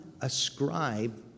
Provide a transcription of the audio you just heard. ascribe